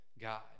God